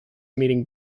meeting